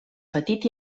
petit